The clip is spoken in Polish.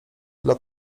dla